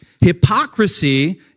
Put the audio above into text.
Hypocrisy